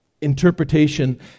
interpretation